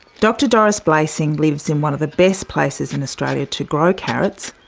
dr doris blaesing lives in one of the best places in australia to grow carrots,